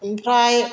ओमफ्राय